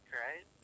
right